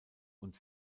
und